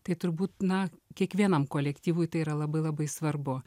tai turbūt na kiekvienam kolektyvui tai yra labai labai svarbu